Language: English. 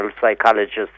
psychologists